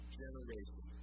generation